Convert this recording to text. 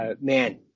Man